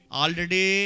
already